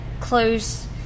close